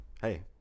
Hey